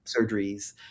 surgeries